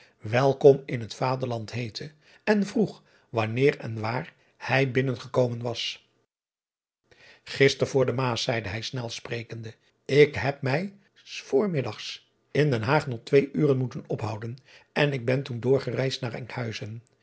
welkom in het aderland heette en vroeg wanneer en waar hij binnengekomen was ister voor de aas zeide hij snel sprekende ik heb mij s voormiddags in den aag nog twee uren moeten ophouden en ik ben toen doorgereisd naar nkhuizen